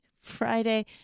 Friday